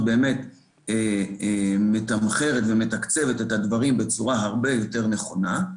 באמת מתמחרת ומתקצבת את הדברים בצורה הרבה יותר נכונה.